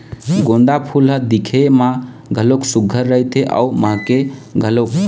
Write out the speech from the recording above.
गोंदा फूल ह दिखे म घलोक सुग्घर रहिथे अउ महकथे घलोक